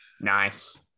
Nice